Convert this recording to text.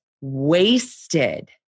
wasted